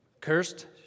Cursed